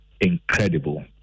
incredible